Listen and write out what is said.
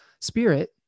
spirit